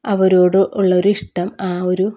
അവരോട് ഉള്ളൊരിഷ്ടം ആ ഒരു